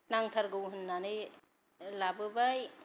नांथारगौ होननानै लाबोबाय